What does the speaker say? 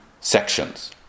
sections